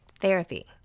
Therapy